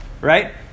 right